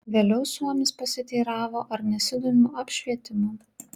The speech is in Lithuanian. vėliau suomis pasiteiravo ar nesidomiu apšvietimu